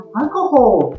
alcohol